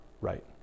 right